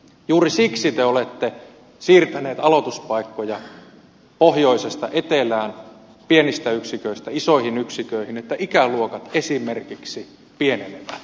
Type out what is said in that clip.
juuri siksi te olette siirtänyt aloituspaikkoja pohjoisesta etelään pienistä yksiköistä isoihin yksiköihin että ikäluokat esimerkiksi pienenevät